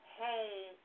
home